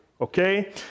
okay